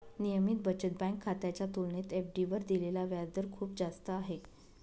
नियमित बचत बँक खात्याच्या तुलनेत एफ.डी वर दिलेला व्याजदर खूप जास्त आहे